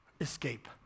Escape